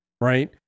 right